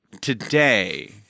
today